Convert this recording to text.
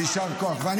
ויישר כוח -- תקשיב,